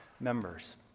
members